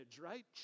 right